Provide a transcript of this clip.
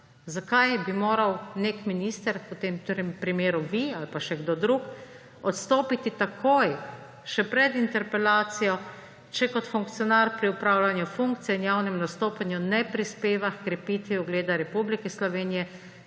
Zakaj bi moral nek minister, v tem primeru vi ali pa še kdo drug, odstopiti takoj, še pred interpelacijo, če kot funkcionar pri opravljanju funkcije in javnem nastopanju ne prispeva h krepitvi ugleda Republike Slovenije,